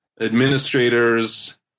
administrators